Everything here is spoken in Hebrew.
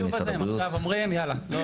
לחוק החשוב הזה הם עכשיו אומרים יאללה,